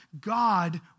God